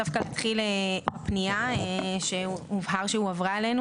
אני רוצה להתחיל מפנייה שהובהר שהועברה אלינו